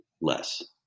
less